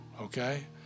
okay